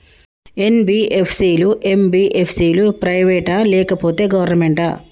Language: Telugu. ఎన్.బి.ఎఫ్.సి లు, ఎం.బి.ఎఫ్.సి లు ప్రైవేట్ ఆ లేకపోతే గవర్నమెంటా?